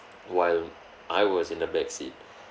while I was in the back seat